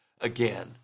Again